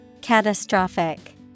Catastrophic